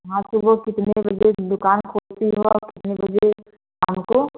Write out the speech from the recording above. हाँ तो सुबहो कितने बजे दुकान खोलते हो कितने बजे शाम को